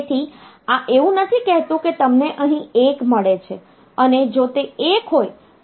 તેથી આ એવું નથી કહેતું કે તમને અહીં 1 મળે છે અને જો તે 1 હોય તો તમને ત્યાં 0 મળશે